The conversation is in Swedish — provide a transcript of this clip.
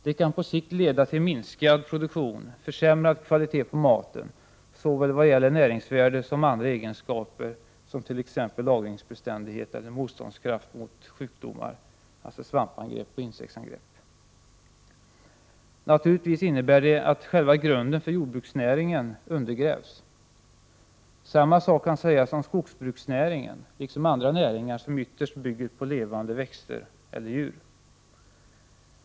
Det kan på sikt leda till minskad produktion, försämrad kvalitet på maten vad gäller både näringsvärde och andra egenskaper, t.ex. lagringsbeständighet eller motståndskraft mot sjukdomar, alltså svampangrepp och insektsangrepp. Naturligtvis innebär det att själva grunden för jordbruksnäringen undergrävs. Samma sak kan sägas om skogsbruksnäringen, liksom om andra näringar som ytterst bygger på levande växter eller djur.